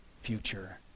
future